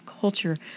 culture